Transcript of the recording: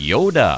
Yoda